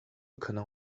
可能